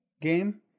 game